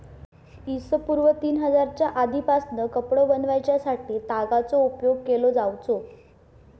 इ.स पूर्व तीन हजारच्या आदीपासना कपडो बनवच्यासाठी तागाचो उपयोग केलो जावचो